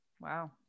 Wow